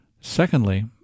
Secondly